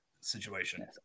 situation